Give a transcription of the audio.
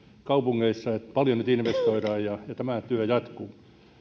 kaupungeissa että paljon nyt investoidaan ja tämä työ jatkuu